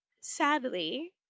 sadly